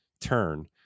turn